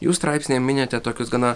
jų straipsnyje minite tokius gana